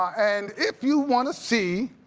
and if you want to see